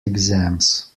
exams